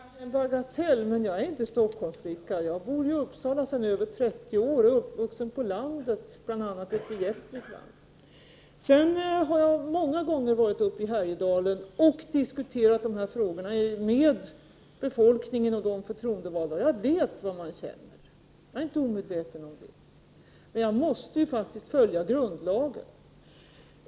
Herr talman! Det kanske är en bagatell, men jag vill ändå säga att jag inte är Stockholmsflicka. Jag bor nämligen i Uppsala sedan mer än 30 år tillbaka. Jag är uppvuxen på landet, bl.a. i Gästrikland. Vidare har jag många gånger varit uppe i Härjedalen och diskuterat dessa frågor med befolkningen och de förtroendevalda där. Jag vet vad man känner. Jag är således inte omedveten om dessa saker. Men jag måste faktiskt följa grundlagen.